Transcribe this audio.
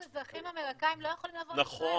אזרחים אמריקאים לא יכולים לבוא לישראל,